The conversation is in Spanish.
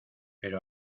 pero